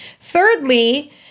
Thirdly